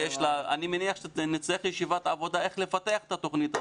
אני מניח שצריך ישיבת עבודה איך לפתח את התוכנית הזאת,